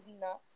nuts